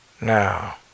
now